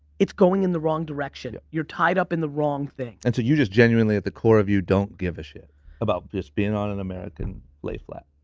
it's going in the wrong direction. you're tied up in the wrong thing. and so you just genuinely at the core of you don't give a shit about this being on an american lay flat?